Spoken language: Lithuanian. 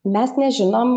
mes nežinom